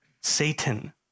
Satan